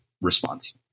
response